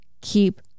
keep